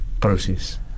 process